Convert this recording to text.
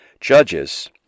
judges